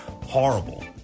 Horrible